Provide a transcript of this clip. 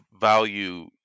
value